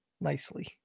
nicely